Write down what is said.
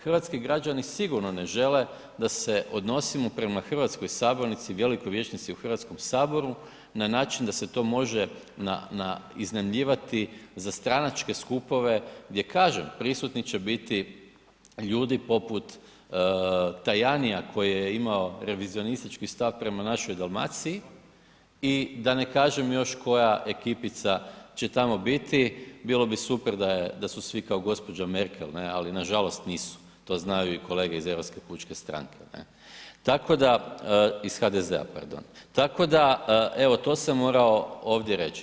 Hrvatski građani sigurno ne žele da se odnosimo prema hrvatskoj sabornici i velikoj vijećnici u HS na način da se to može na, na, iznajmljivati za stranačke skupove gdje kažem, prisutni će biti ljudi poput Tajanija koji je imao revizionistički stav prema našoj Dalmaciji i da ne kažem još koja ekipica će tamo biti, bilo bi super da je, da su svi kao gđa. Merkel ne, ali nažalost nisu, to znaju i kolege iz Europske pučke stranke ne, tako da, iz HDZ-a pardon, tako da evo to sam morao ovdje reći.